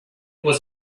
was